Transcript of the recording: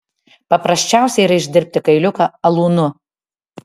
paprasčiausia yra išdirbti kailiuką alūnu